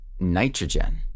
nitrogen